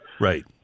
Right